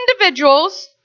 individuals